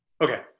Okay